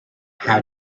how